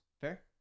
Fair